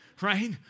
right